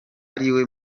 ariwe